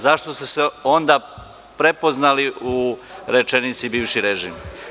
Zašto ste se onda prepoznali u rečenici bivši režim?